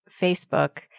Facebook